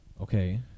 Okay